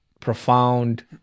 profound